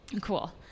Cool